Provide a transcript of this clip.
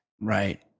Right